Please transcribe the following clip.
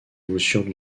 voussure